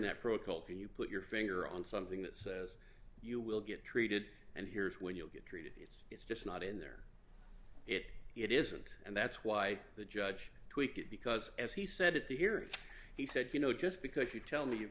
that protocol can you put your finger on something that says you will get treated and here's when you'll get treated it's it's just not in there it it isn't and that's why the judge tweaked it because as he said to here he said you know just because you tell me you've